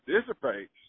dissipates